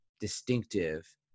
distinctive